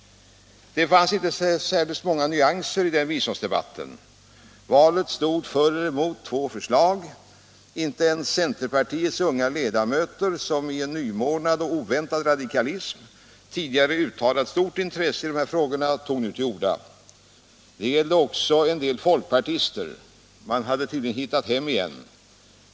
Det fanns inte särskilt många nyanser i den biståndsdebatten. Valet stod för eller emot två förslag, och inte ens centerpartiets unga ledamöter, som i en nymornad och oväntad radikalism tidigare uttalat stort intresse för dessa frågor, tog till orda. Detta gällde också en del folkpartister; man hade tydligen hittat hem igen.